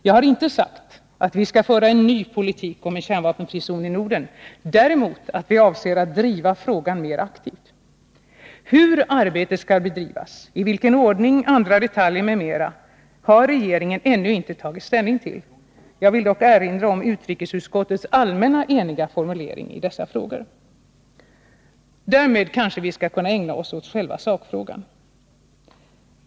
Jag har inte sagt att vi skall föra en ny politik om en kärnvapenfri zon i Norden, däremot att vi avser att driva frågan mer aktivt. Hur arbetet skall bedrivas, i vilken ordning, andra detaljer m.m. har regeringen ännu inte tagit ställning till. Jag vill dock erinra om utrikesutskottets allmänna eniga formulering i dessa frågor.” Därmed kanske vi kan ägna oss åt själva sakfrågan.